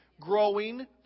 growing